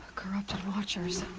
corrupted watchers.